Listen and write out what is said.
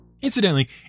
Incidentally